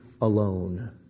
Alone